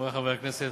חברי חברי הכנסת,